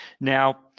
now